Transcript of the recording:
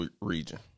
region